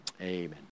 Amen